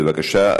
בבקשה.